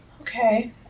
Okay